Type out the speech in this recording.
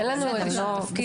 אין לנו איזשהו תפקיד ניהולי.